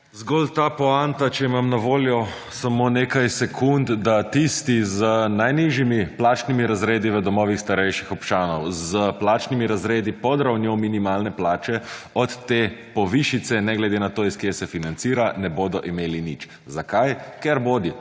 Zgolj ta poanta, če imam na voljo samo nekaj sekund, da tisti z najnižjimi plačnimi razredi v domovih starejših občanov, s plačnimi razredi pod ravno minimalne plače, od te povišice ne glede na to iz kje se financira, ne bodo imeli nič. Zakaj? Ker bodi